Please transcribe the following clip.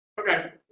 Okay